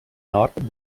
nord